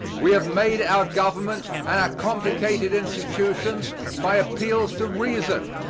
we have made our government and our complicated institutions by appeals to reason,